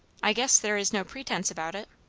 i guess there is no pretence about it.